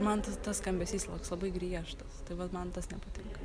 man tas skambesys labai griežtas tai vat man tas nepatinka